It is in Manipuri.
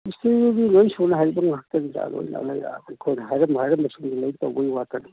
ꯃꯤꯁꯇ꯭ꯔꯤꯗꯤ ꯂꯣꯏ ꯁꯨꯅ ꯍꯩꯕ ꯉꯥꯛꯇꯅꯤꯗ ꯑꯗꯣ ꯑꯗꯩꯗ ꯅꯈꯣꯏꯅ ꯍꯥꯏꯔꯝ ꯍꯥꯏꯔꯝꯕꯁꯤꯡꯗꯣ ꯂꯣꯏ ꯇꯧꯕꯩ ꯋꯥꯇꯅꯤ